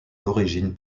d’origine